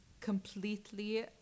completely